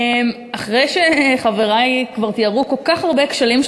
אחרי שחברי כבר תיארו כל כך הרבה כשלים של